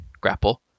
grapple